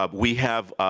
um we have,